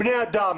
בני-אדם.